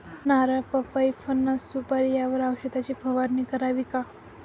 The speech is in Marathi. नारळ, पपई, फणस, सुपारी यावर औषधाची फवारणी करावी का?